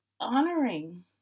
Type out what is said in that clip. honoring